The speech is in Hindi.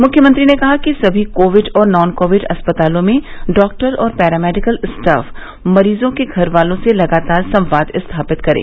मुख्यमंत्री ने कहा कि सभी कोविड और नॉन कोविड अस्पतालों में डॉक्टर और पैरामेडिकल स्टाफ मरीज के घर वालों से लगातार संवाद भी स्थापित करें